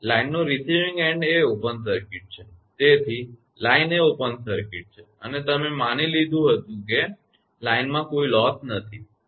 હવે લાઇનનો receiving end એ ઓપન સર્કીટ છે તેથી લાઇન એ ઓપન સર્કિટ છે અને તમે માની લીધું છે કે લાઇનમાં કોઇ લોસ નથી બરાબર